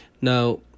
now